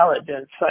intelligence